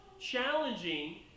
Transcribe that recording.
challenging